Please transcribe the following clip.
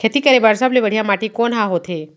खेती करे बर सबले बढ़िया माटी कोन हा होथे?